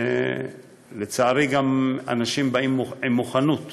ולצערי אנשים באים עם מוכנות